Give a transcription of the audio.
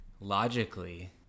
logically